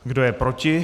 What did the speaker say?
Kdo je proti?